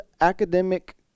academic